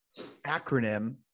acronym